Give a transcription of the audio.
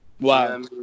Wow